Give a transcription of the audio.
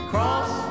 Cross